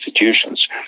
institutions